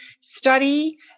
study